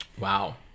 Wow